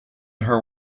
her